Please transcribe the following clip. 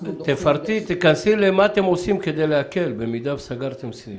תפרטי מה אתם עושים כדי להקל במידה וסגרתם סניף.